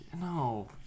No